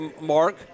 mark